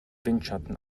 windschatten